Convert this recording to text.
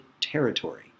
territory